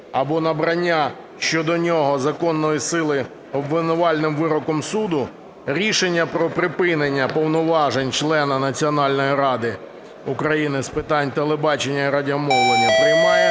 або набрання щодо нього законної сили обвинувальним вироком суду рішення про припинення повноважень члена Національної ради України з питань телебаченні і радіомовлення приймає,